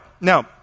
now